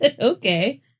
Okay